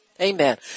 Amen